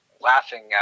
laughing